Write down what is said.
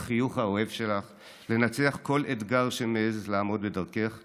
ובחיוך האוהב שלך לנצח כל אתגר שמעז לעמוד בדרכך